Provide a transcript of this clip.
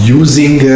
using